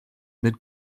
mid